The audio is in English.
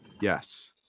yes